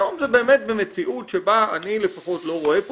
היום זה באמת במציאות שבה אני לפחות לא רואה פה